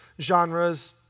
genres